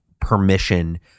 permission